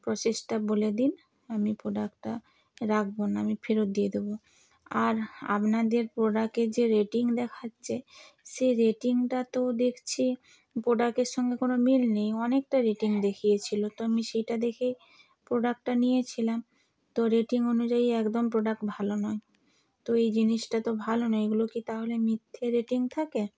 প্রসেসটা বলে দিন আমি পোডাক্টটা রাখব না আমি ফেরত দিয়ে দেব আর আপনাদের প্রোডাক্টে যে রেটিং দেখাচ্ছে সে রেটিংটা তো দেখছি প্রোডাক্টের সঙ্গে কোন মিল নেই অনেকটা রেটিং দেখিয়েছিলো তো আমি সেইটা দেখেই প্রোডাক্টটা নিয়েছিলাম তো রেটিং অনুযায়ী একদম প্রোডাক্ট ভালো নয় তো এই জিনিসটা তো ভালো নয় এগুলো কি তাহলে মিথ্যে রেটিং থাকে